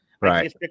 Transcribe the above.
Right